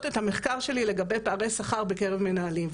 את המחקר שלי לגבי פערי שכר בקרב מנהלים.